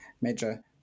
major